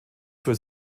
für